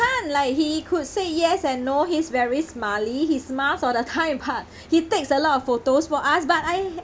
~an't like he could say yes and no he's very smiley he smiles all the time but he takes a lot of photos for us but I